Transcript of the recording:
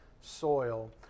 soil